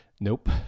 nope